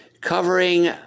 covering